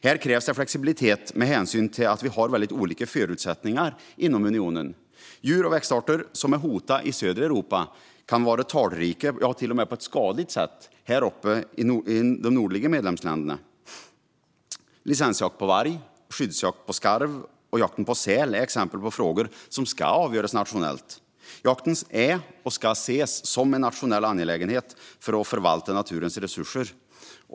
Här krävs flexibilitet med hänsyn till att vi har väldigt olika förutsättningar inom unionen. Djur och växtarter som är hotade i södra Europa kan vara talrika, till och med på ett skadligt sätt, här uppe i de nordliga medlemsländerna. Licensjakt på varg, skyddsjakt på skarv och jakt på säl är exempel på frågor som ska avgöras nationellt. Jakten är och ska ses som en nationell angelägenhet för att förvalta naturens resurser.